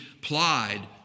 plied